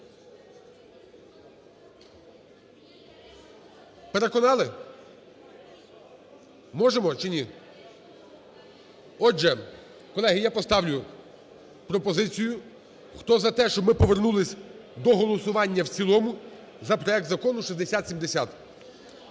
Переконали? Можемо чи ні? Отже, колеги, я поставлю пропозицію: хто за те, що б ми повернулися до голосування в цілому за проект Закону 6070.